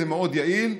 זה יעיל מאוד,